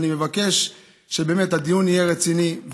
אני מבקש שהדיון יהיה רציני,